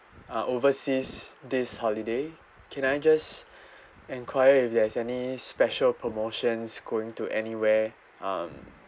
uh overseas this holiday can I just enquire if there's any special promotions going to anywhere um